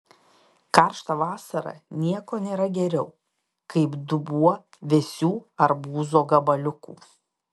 karštą vasarą nieko nėra geriau kaip dubuo vėsių arbūzo gabaliukų